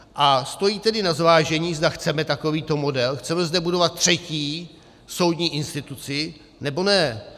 A stojí tedy za zvážení, zda chceme takovýto model, chceme zde budovat třetí soudní instituci, nebo ne.